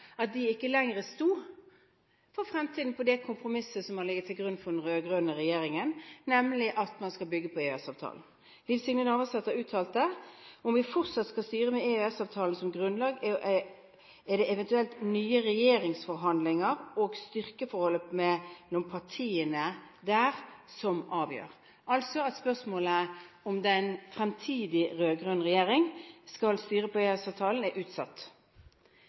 at de for fremtiden ikke lenger sto på det kompromisset som har ligget til grunn for den rød-grønne regjeringen, nemlig at man skal bygge på EØS-avtalen. Liv Signe Navarsete uttalte: «Om vi fortsatt skal styre med EØS-avtalen som grunnlag er det eventuelle nye regjeringsforhandlinger og styrkeforholdet mellom partiene der som avgjør.» Spørsmålet om en fremtidig rød-grønn regjering skal styre på EØS-avtalen, er altså utsatt.